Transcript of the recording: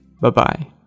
Bye-bye